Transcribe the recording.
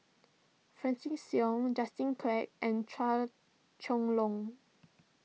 Francis Seow Justin Quek and Chua Chong Long